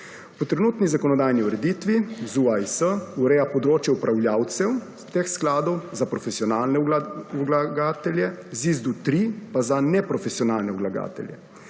Po trenutni zakonodajni ureditvi ZUAIS ureja področje upravljalcev ter skladov za profesionalne vlagatelje, ZISDU-3 pa za neprofesionalne vlagatelje.